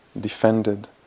defended